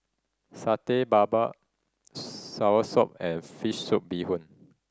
Satay Babat soursop and fish soup bee hoon